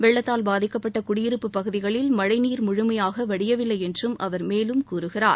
வெள்ளத்தால் பாதிக்கப்பட்ட குடியிருப்பு பகுதிகளில் மழைநீர் முழுமையாக வடியவில்லை என்றும் அவர் மேலும் கூறுகிறார்